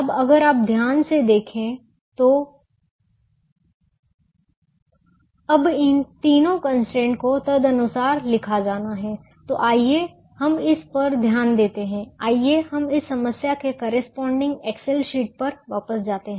अब अगर आप ध्यान से देखें तो अब इन तीनों कंस्ट्रेंट को तदनुसार लिखा जाना है तो आइए हम इस पर ध्यान देंते हैं आइए हम इस समस्या के करेस्पॉन्डिंग एक्सेल शीट पर वापस जाते हैं